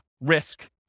risk